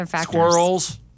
Squirrels